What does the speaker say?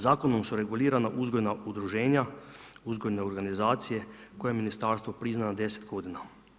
Zakonom su regulirana uzgojna udruženja, uzgojne organizacije koje ministarstvo priznaje od 10 godina.